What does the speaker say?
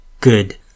good